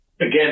Again